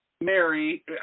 Mary